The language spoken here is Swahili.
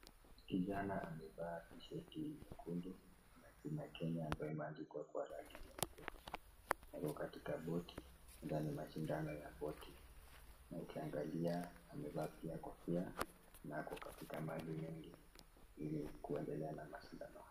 Kijana amevaa tisheti nyekundu jina kenya ambaye imeandikwa kwa rangi nyeupe, ako katika boti na ni mashindano ya boti na ukiangalia amevaa pia kofia na ako katika maji mengi ili kuendelea na mashindano hayo.